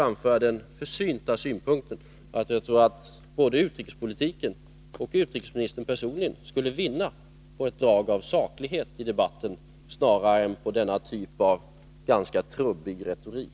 Jag vill helt försynt framföra den synpunkten att både utrikespolitiken och utrikesministern personligen enligt min uppfattning snarare skulle vinna på ett drag av saklighet i debatten än på denna typ av ganska trubbig retorik.